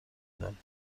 دانیم